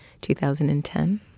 2010